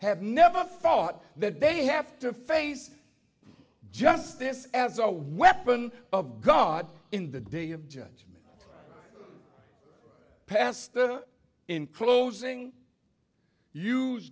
have never fought that they have to face justice as a weapon of god in the day of judgment pastor in closing use